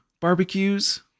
barbecues